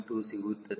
2 ಸಿಗುತ್ತದೆ